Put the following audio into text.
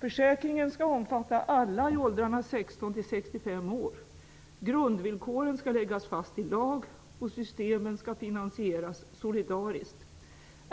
Försäkringen skall omfatta alla i åldrarna 16--65 år. Grundvillkoren skall läggas fast i lag, och systemen skall finansieras solidariskt.